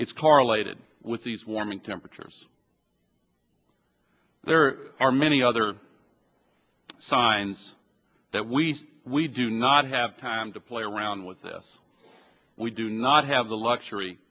it's correlated with these warming temperatures there are many other signs that we we do not have time to play around with this we do not have the luxury